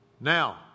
Now